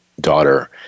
daughter